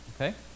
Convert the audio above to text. Okay